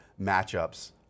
matchups